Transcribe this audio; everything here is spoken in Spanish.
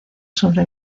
sobre